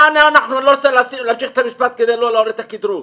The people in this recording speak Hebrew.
אני לא רוצה להמשיך את המשפט כדי לא להוריד את הקטרוג.